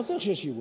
לא צריך שישיבו.